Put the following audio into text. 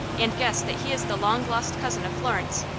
and guess that he is the long-lost cousin of florence.